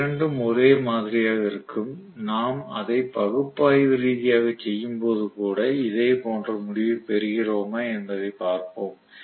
இவை இரண்டும் ஒரே மாதிரியாக இருக்கும் நாம் அதை பகுப்பாய்வு ரீதியாகச் செய்யும்போது கூட இதேபோன்ற முடிவைப் பெறுகிறோமா என்பதைப் பார்ப்போம்